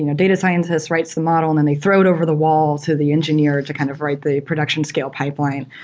you know data scientists writes the model and then they throw it over the wall to the engineer to kind of write the production scale pipeline,